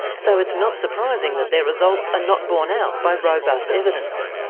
so it's not surprising that their results are not borne out by robust evidence.